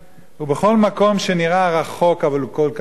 ובכל מקום שנראה רחוק אבל הוא כל כך קרוב.